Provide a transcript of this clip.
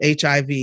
HIV